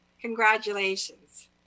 Congratulations